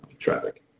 traffic